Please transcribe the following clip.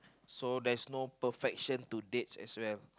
so there's no perfection to dates as well